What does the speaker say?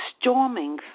storming